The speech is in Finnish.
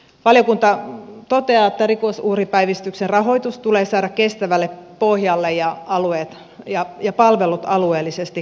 valiokunta toteaa että ri kosuhripäivystyksen rahoitus tulee saada kestävälle pohjalle ja palvelut alueellisesti kattaviksi